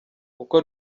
uko